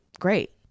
great